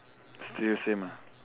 still same ah